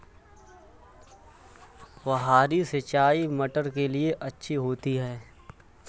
फुहारी सिंचाई मटर के लिए अच्छी होती है?